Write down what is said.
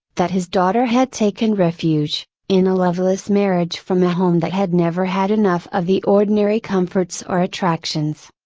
that his daughter had taken refuge, in a loveless marriage from a home that had never had enough of the ordinary comforts or attractions.